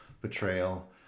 betrayal